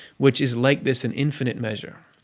which is like this in infinite measure.